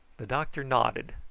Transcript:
the doctor nodded,